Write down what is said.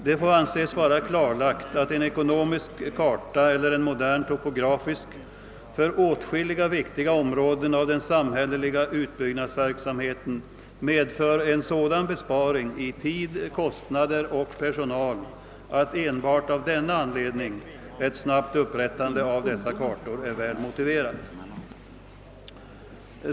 Det får anses vara klarlagt att en ekonomisk eller en modern topografisk karta för åtskilliga viktiga områden av den samhälleliga utbyggnadsverksamheten medför en sådan besparing i tid, kostnader och personal att enbart av denna anledning ett snabbt upprättande av dessa kartor är väl motiverat.